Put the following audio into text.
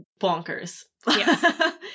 bonkers